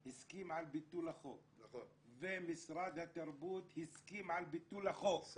הסכים לביטול החוק ומשרד התרבות הסכים לביטול החוק --- נכון,